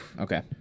Okay